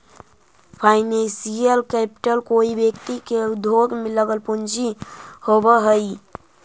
financial capital कोई व्यक्ति के उद्योग में लगल पूंजी होवऽ हई